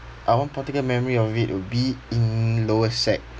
uh one particular memory of it would be in lower sec